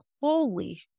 holy